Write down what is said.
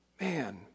Man